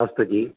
अस्तु जि